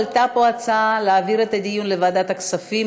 עלתה פה הצעה להעביר את הדיון לוועדת הכספים.